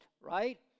right